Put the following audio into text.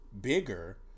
bigger